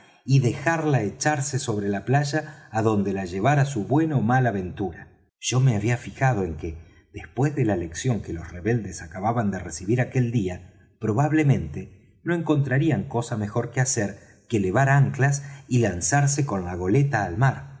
y dejarla echarse sobre la playa á donde la llevara su buena ó mala ventura yo me había fijado en que después de la lección que los rebeldes acababan de recibir aquel día probablemente no encontrarían cosa mejor que hacer que levar anclas y lanzarse con la goleta al mar